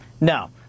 No